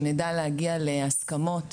שנדע להגיע להסכמות,